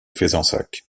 fezensac